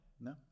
No